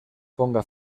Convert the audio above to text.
ponga